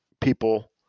people